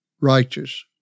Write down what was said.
righteous